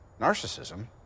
narcissism